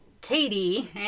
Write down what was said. Katie